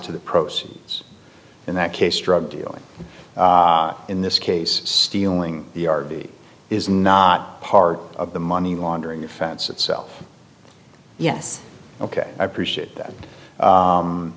to the proceedings in that case drug dealing in this case stealing the r v is not part of the money laundering offense itself yes ok i appreciate that